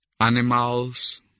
animals